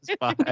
Bye